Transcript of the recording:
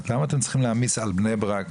למה אתם צריכים להעמיס על בני ברק,